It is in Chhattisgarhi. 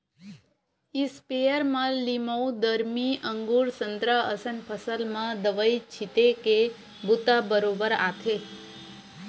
इस्पेयर म लीमउ, दरमी, अगुर, संतरा असन फसल म दवई छिते के बूता बरोबर आथे